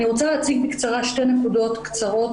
אני רוצה להציג בקצרה שתי נקודות קצרות